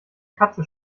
katze